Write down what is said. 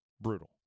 brutal